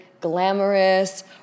glamorous